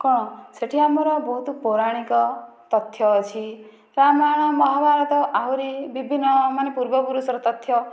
କ'ଣ ସେଇଠି ଆମର ବହୁତ ପୌରାଣିକ ତଥ୍ୟ ଅଛି ରାମାୟଣ ମହାଭାରତ ଆହୁରି ବିଭିନ୍ନ ମାନେ ପୂର୍ବପୁରୁଷର ତଥ୍ୟ